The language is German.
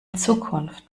zukunft